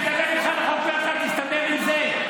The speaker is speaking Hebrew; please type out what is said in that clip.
אני מדבר איתך על החוק הזה, להסתדר עם זה.